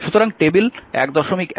সুতরাং টেবিল 11